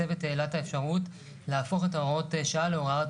הצוות העלה את האפשרות להפוך את הוראות השעה להוראות